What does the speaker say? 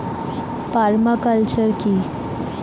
Parma culture কি?